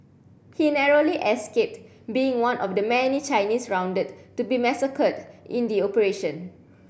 he narrowly escaped being one of the many Chinese rounded to be massacred in the operation